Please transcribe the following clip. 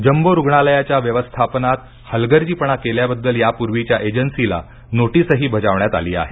jumbo रूग्णालयाच्या व्यवस्थापनात हलगर्जीपणा केल्याबद्दल यापूर्वीच्या एजन्सीला नोटीसही बजावण्यात आली आहे